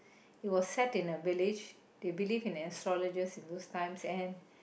it was set in a village they believed in astrologer in those time and